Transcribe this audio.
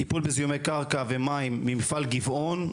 טיפול בזיהומי קרקע ומים ממפעל גבעון,